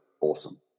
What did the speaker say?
awesome